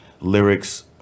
lyrics